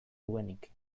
duenik